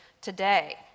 today